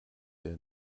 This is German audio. der